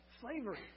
Slavery